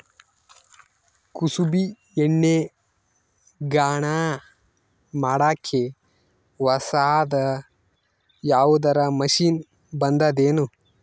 ಕುಸುಬಿ ಎಣ್ಣೆ ಗಾಣಾ ಮಾಡಕ್ಕೆ ಹೊಸಾದ ಯಾವುದರ ಮಷಿನ್ ಬಂದದೆನು?